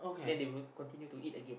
then they will continue to eat again